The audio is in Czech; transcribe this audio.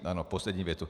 Ano, poslední větu.